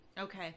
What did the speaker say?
Okay